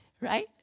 Right